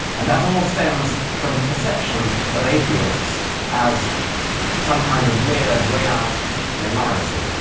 and that all stems from the perception of atheists as some kind of weird, way-out minority.